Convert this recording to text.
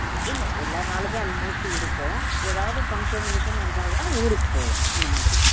ஆ இல்லை எல்லா நாளுமே அல்மோஸ்ட் இருப்போம் எதாவது ஃபங்க்ஷன் கிங்க்ஷன் வந்தால் தான் ஊருக்கு போவோம் அந்த மாதிரி